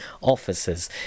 officers